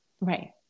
Right